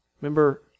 Remember